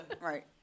Right